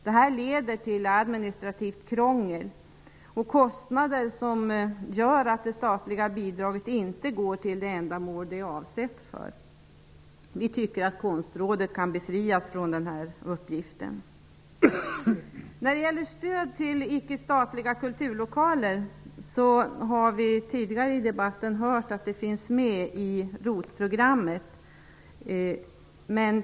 Detta leder till administrativt krångel och kostnader som gör att det statliga bidraget inte går till det ändamål som det är avsett för. Vi tycker att Konstrådet kan befrias från denna uppgift. När det gäller stöd till icke-statliga kulturlokaler har vi tidigare i debatten hört att det finns med i ROT-programmet.